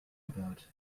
about